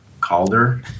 Calder